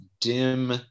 dim